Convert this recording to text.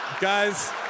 Guys